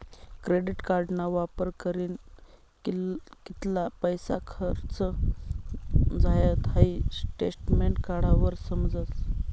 credit कार्डना वापर करीन कित्ला पैसा खर्च झायात हाई स्टेटमेंट काढावर समजस